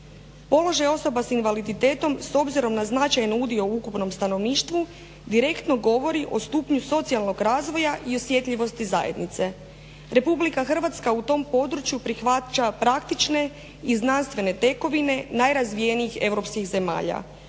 Položaj osoba sa invaliditetom s obzirom na značajni udio u ukupnom stanovništvu direktno govori o stupnju socijalnog razvoja i osjetljivosti zajednice. Republika Hrvatska u tom području prihvaća praktične i znanstvene tekovine najrazvijenijih europskih zemalja